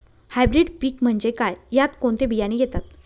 Hybrid पीक म्हणजे काय? यात कोणते बियाणे येतात?